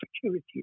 security